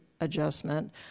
adjustment